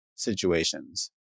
Situations